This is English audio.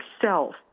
self